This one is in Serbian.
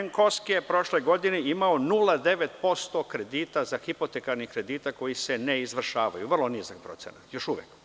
NKOSK je prošle godine imao 0,9% kredita, hipotekarnih kredita koji se ne izvršavaju, vrlo nizak procenat, još uvek.